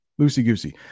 Loosey-goosey